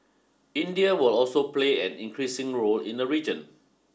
India will also play an increasing role in the region